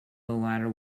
latter